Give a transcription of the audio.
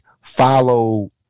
follow